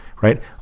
right